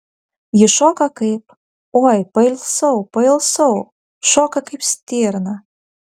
ji šoka kaip oi pailsau pailsau šoka kaip stirna